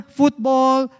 football